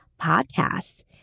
podcasts